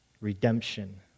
redemption